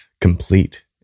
complete